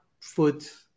foot